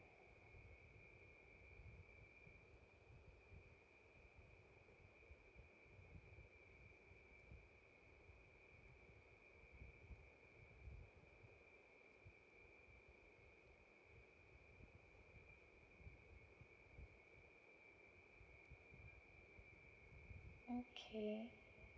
okay